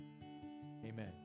Amen